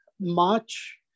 March